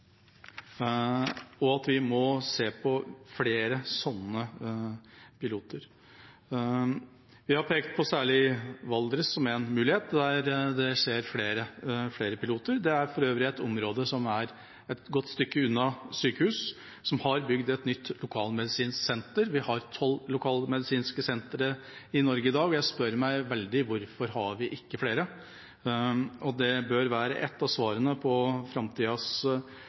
Vi må se på flere sånne piloter, og vi har pekt på særlig Valdres som en mulighet, der er det flere piloter. Det er for øvrig et område, som er et godt stykke unna sykehus, som har bygd et nytt lokalmedisinsk senter. Vi har tolv lokalmedisinske sentre i Norge i dag, og jeg spør meg veldig om hvorfor vi ikke har flere. Det bør være ett av svarene på framtidas